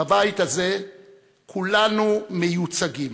בבית הזה כולנו מיוצגים.